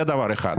זה דבר אחד.